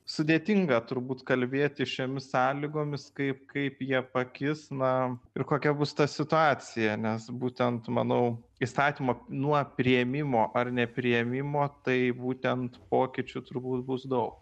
sudėtinga turbūt kalbėti šiomis sąlygomis kaip kaip jie pakis na ir kokia bus ta situacija nes būtent manau įstatymą nuo priėmimo ar nepriėmimo tai būtent pokyčių turbūt bus daug